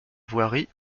voirie